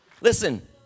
listen